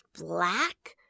black